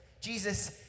Jesus